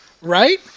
right